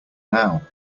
now